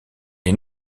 est